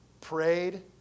prayed